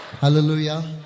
Hallelujah